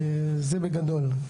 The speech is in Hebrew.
זה בגדול,